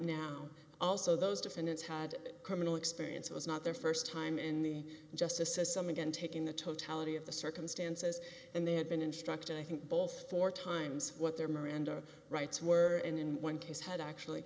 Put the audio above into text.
now also those defendants had criminal experience it was not their first time in the justices some again taking the totality of the circumstances and they had been instructed i think both four times what their miranda rights were and in one case had actually